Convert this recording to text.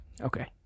Okay